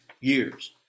years